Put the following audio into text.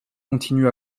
continue